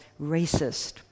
racist